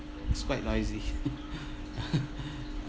it's quite noisy